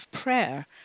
prayer